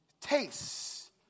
Tastes